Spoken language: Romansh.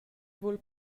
vul